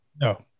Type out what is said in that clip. No